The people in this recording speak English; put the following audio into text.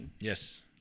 yes